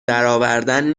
درآوردن